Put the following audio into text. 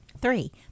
Three